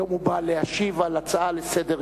היום הוא בא להשיב על הצעה לסדר-היום,